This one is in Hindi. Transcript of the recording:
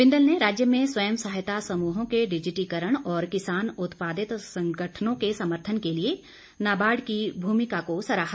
बिंदल ने राज्य में स्वयं सहायता समूहों के डिजिटीकरण और किसान उत्पादित संगठनों के समर्थन के लिए नाबार्ड की भूमिका को सराहा